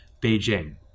Beijing